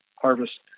harvest